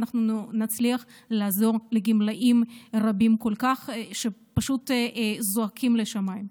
שנצליח לעזור לגמלאים רבים שפשוט זועקים לשמיים.